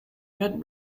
met